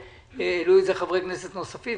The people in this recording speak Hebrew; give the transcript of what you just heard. והעלו את זה חברי כנסת נוספים.